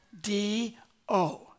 D-O